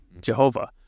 Jehovah